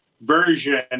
version